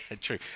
true